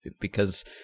because-